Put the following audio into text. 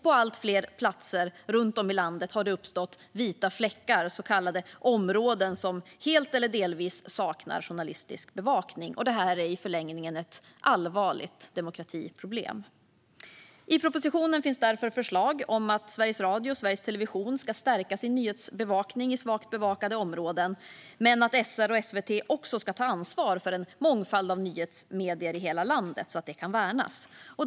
På allt fler platser runt om i landet har det uppstått så kallade vita fläckar, områden som helt eller delvis saknar journalistisk bevakning. Det är i förlängningen ett allvarligt demokratiproblem. I propositionen finns därför förslag om att Sveriges Radio och Sveriges Television ska stärka sin nyhetsbevakning i svagt bevakade områden men att SR och SVT också ska ta ansvar för en mångfald av nyhetsmedier i hela landet så att de kan värnas.